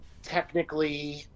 Technically